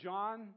John